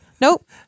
Nope